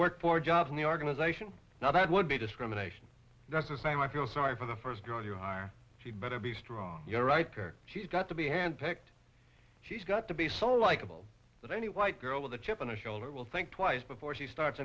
work for jobs in the organization now that would be discrimination that's a sign i feel sorry for the first girl you are she better be strong you're right there she's got to be hand picked she's got to be so likable that any white girl with a chip on her shoulder will think twice before she starts